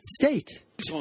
state